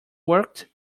worked